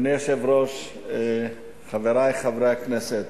אדוני היושב-ראש, חברי חברי הכנסת,